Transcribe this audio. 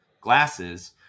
glasses